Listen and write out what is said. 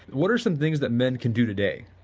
what are some things that men can do today,